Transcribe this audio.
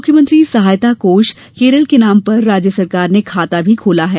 मुख्यमंत्री सहायता कोष केरल के नाम पर राज्य सरकार ने खाता भी खोला है